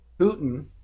Putin